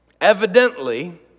evidently